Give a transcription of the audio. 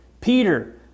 Peter